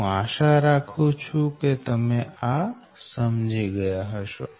હું આશા રાખું છું કે તમે આ સમજી ગયા હશો